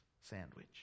sandwich